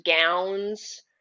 gowns